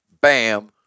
bam